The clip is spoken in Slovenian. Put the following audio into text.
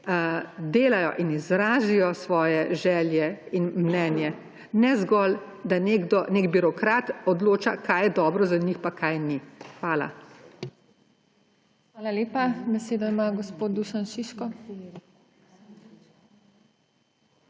delajo in izrazijo svoje želje in mnenje, ne zgolj, da nek birokrat odloča, kaj je dobro za njih, pa kaj ni. Hvala. PODPREDSEDNICA TINA HEFERLE: Hvala